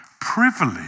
privilege